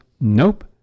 nope